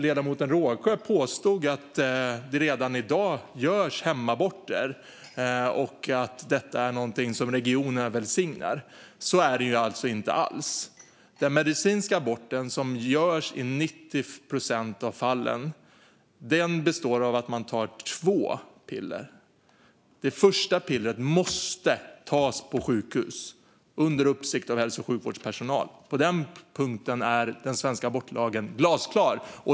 Ledamoten Rågsjö påstod att det redan i dag görs hemaborter och att detta är någonting som regionerna välsignar. Så är det inte alls. Den medicinska aborten som görs i 90 procent av fallen består av att man tar två piller. Det första pillret måste tas på sjukhus under uppsikt av hälso och sjukvårdspersonal. På den punkten är den svenska abortlagen glasklar.